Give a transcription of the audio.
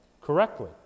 correctly